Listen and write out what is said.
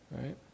right